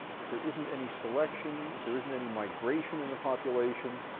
if there isn't any selection, if there isn't any migration in the population,